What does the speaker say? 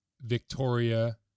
Victoria